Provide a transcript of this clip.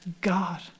God